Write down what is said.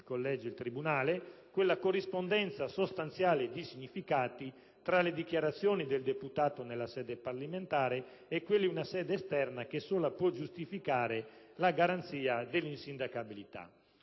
come diceva il tribunale - quella corrispondenza sostanziale di significati tra le dichiarazioni del deputato nella sede parlamentare e quelle rese in una sede esterna, che sola può giustificare la garanzia dell'insindacabilità.